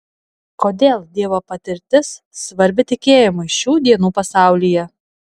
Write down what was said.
kodėl dievo patirtis svarbi tikėjimui šių dienų pasaulyje